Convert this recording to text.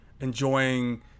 enjoying